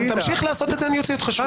אם תמשיך לעשות את זה, אני אוציא אותך שוב.